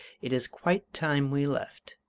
it is quite time we left.